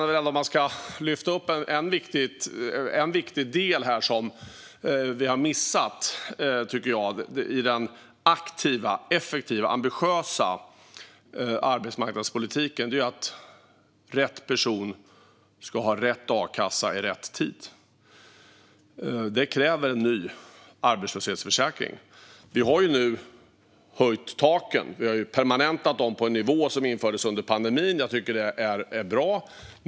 Vi ska lyfta upp en viktig del här som vi har missat, tycker jag, i den aktiva, effektiva ambitiösa arbetsmarknadspolitiken, nämligen att rätt person ska ha rätt a-kassa i rätt tid. Det kräver en ny arbetslöshetsförsäkring. Vi har nu höjt taken. Vi har permanentat dem på en nivå som infördes under pandemin. Jag tycker att det är bra.